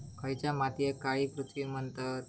खयच्या मातीयेक काळी पृथ्वी म्हणतत?